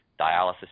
dialysis